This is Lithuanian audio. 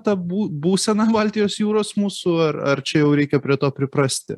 ta bū būsena baltijos jūros mūsų ar ar čia jau reikia prie to priprasti